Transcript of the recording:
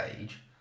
age